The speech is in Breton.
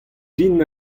din